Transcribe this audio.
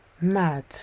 Mad